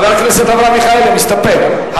חבר הכנסת אברהם מיכאלי, מסתפק.